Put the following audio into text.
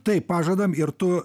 taip pažadam ir tu